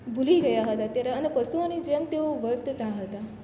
ભૂલી ગયા હતા અને ત્યારે અને પશુઓની જેમ તેઓ વર્તતા હતા